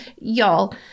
Y'all